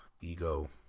Ego